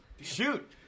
Shoot